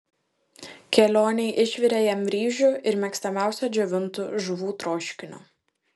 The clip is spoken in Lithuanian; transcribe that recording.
kelionei išvirė jam ryžių ir mėgstamiausio džiovintų žuvų troškinio